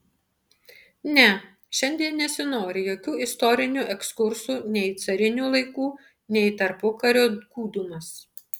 ne šiandien nesinori jokių istorinių ekskursų nei į carinių laikų nei į tarpukario gūdumas